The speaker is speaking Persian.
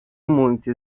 محیط